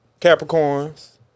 Capricorns